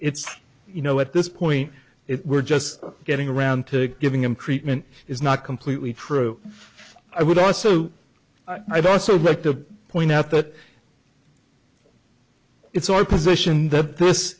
it's you know at this point if we're just getting around to giving him cretin is not completely true i would also i'd also like to point out that it's our position that this